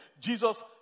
Jesus